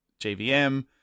JVM